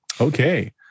Okay